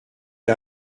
l’a